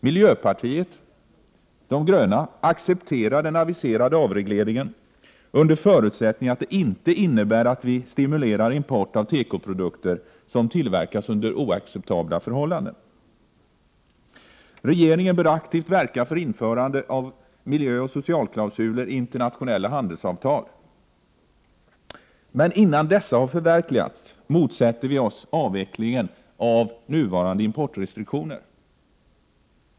Miljöpartiet de gröna accepterar den aviserade avregleringen under förutsättning att det inte innebär att vi stimulerar import av tekoprodukter som tillverkas under oacceptabla förhållanden. Regeringen bör aktivt verka för införande av miljöoch socialklausuler i internationella handelsavtal. Innan dessa har förverkligats motsätter vi oss avvecklingen av de nuvarande importrestriktionerna.